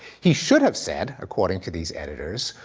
he should have said, according to these editors,